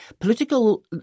Political